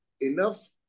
enough